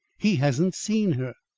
he hasn't seen her.